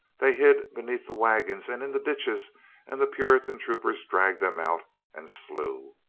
they hid beneath the wagons and in the ditches and the puritan troopers dragged them out and slew.